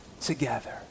together